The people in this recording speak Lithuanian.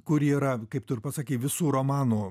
kur yra kaip tu ir pasakei visų romanų